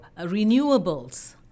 renewables